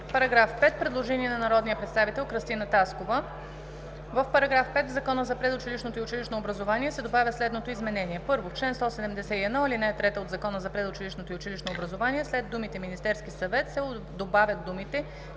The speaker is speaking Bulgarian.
По § 5 – предложение на народния представител Кръстина Таскова: „В § 5 в Закона за предучилищното и училищното образование се добавя следното изменение: 1. В чл. 171, ал. 3 от Закона за предучилищното и училищното образование след думите „Министерски съвет“ се добавят думите